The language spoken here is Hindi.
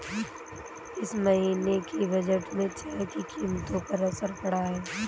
इस महीने के बजट में चाय की कीमतों पर असर पड़ा है